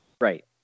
right